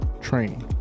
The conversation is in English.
training